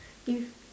you